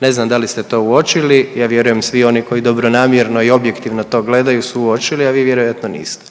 Ne znam da li ste to uočili, ja vjerujem svi oni koji dobronamjerno i objektivno to gledaju su uočili, a vi vjerojatno niste.